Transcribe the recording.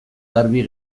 garbi